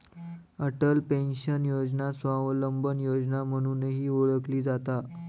Atal pension योजना स्वावलंबन योजना म्हणूनही ओळखली जाता